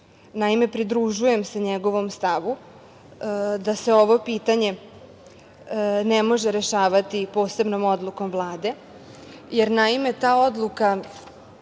Naime, pridružujem se njegovom stavu da se ovo pitanje ne može rešavati posebnom odlukom Vlade, jer, naime, ta odluka